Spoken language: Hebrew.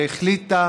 שהחליטה